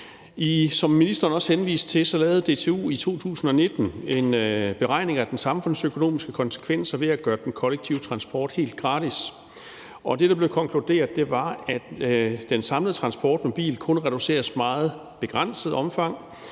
Som ministeren også henviste til, lavede DTU i 2019 en beregning af den samfundsøkonomiske konsekvens ved at gøre den kollektive transport helt gratis, og det, der blev konkluderet, var, at den samlede transport med bil kun reduceres i meget begrænset omfang,